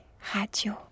Radio